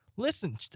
Listen